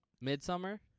Midsummer